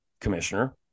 Commissioner